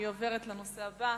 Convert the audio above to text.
אני עוברת לנושא הבא.